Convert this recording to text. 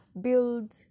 build